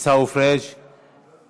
עיסאווי פריג';